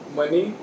money